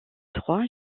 trois